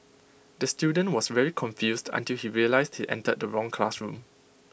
the student was very confused until he realised he entered the wrong classroom